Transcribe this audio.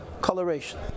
coloration